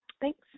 Thanks